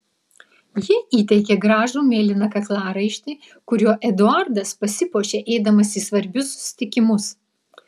ji įteikė gražų mėlyną kaklaraištį kuriuo eduardas pasipuošia eidamas į svarbius susitikimus